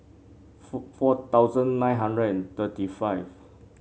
four thousand nine hundred and thirty five